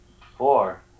Four